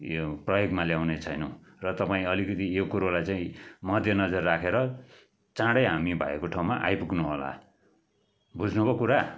यो प्रयोगमा ल्याउने छैनौँ र तपाईँ अलिकति यो कुरोलाई चाहिँ मध्यनजर राखेर चाँडै हामी भएको ठाउँमा आइपुग्नुहोला बुझ्नु भो कुरा